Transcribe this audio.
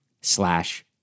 slash